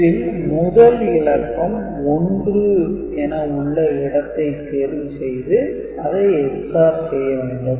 இதில் முதல் இலக்கம் 1 என உள்ள இடத்தை தேர்வு செய்து அதை EX ORசெய்ய வேண்டும்